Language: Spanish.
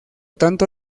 tanto